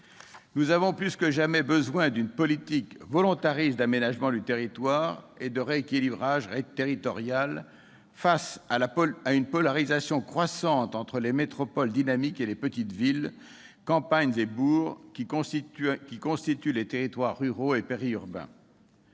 Nous avons plus que jamais besoin d'une politique volontariste d'aménagement du territoire et de rééquilibrage territorial face à une polarisation croissante entre les métropoles dynamiques et les petites villes, les campagnes et les bourgs, qui constituent les territoires ruraux et périurbains.